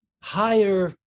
higher